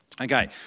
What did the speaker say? Okay